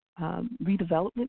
redevelopment